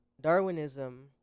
Darwinism